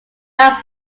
are